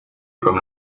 comme